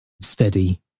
steady